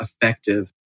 effective